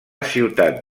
ciutat